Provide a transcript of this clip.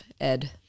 Ed